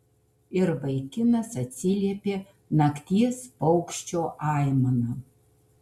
ir vaikinas atsiliepė nakties paukščio aimana